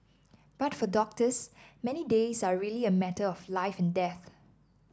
but for doctors many days are really a matter of life and death